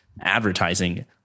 advertising